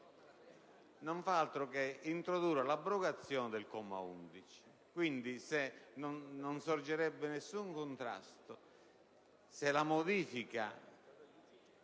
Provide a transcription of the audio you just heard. va fa altro che introdurre l'abrogazione del comma 11. Quindi, non sorgerebbe nessun contrasto se la modifica